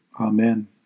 Amen